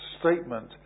statement